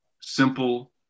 simple